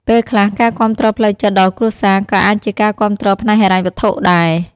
ពេលខ្លះការគាំទ្រផ្លូវចិត្តដល់គ្រួសារ ក៏អាចជាការគាំទ្រផ្នែកហិរញ្ញវត្ថុដែរ។